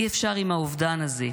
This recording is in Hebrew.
"אי-אפשר עם האובדן הזה.